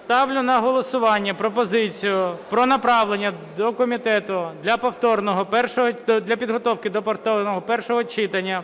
Ставлю на голосування пропозицію про направлення до комітету для підготовки до повторного першого читання